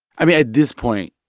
i mean, at this point,